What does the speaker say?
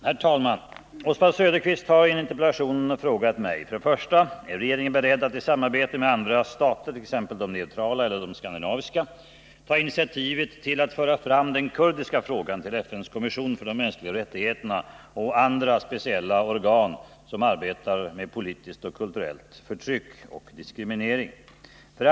Herr talman! Oswald Söderqvist har i en interpellation frågat mig: 1. Är regeringen beredd att i samarbete med andra stater, t.ex. de neutrala eller de skandinaviska, ta initiativet till att föra fram den kurdiska frågan till FN:s kommission för de mänskliga rättigheterna och andra speciella organ som arbetar med politiskt och kulturellt förtryck och diskriminering? 2.